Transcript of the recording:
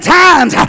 times